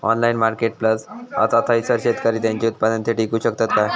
Online marketplace असा थयसर शेतकरी त्यांची उत्पादने थेट इकू शकतत काय?